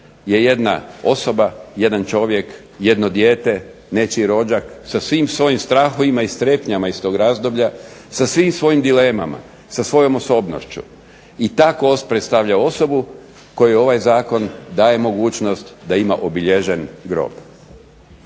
je jedna osoba, jedan čovjek, jedno dijete, nečiji rođak sa svim svojim strahovima i strepnjama iz tog razdoblja, sa svim svojim dilemama, sa svojom osobnošću. I ta kost predstavlja osobu kojoj ovaj zakon daje mogućnost da ima obilježen grob.